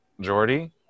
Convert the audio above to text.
Jordy